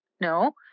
no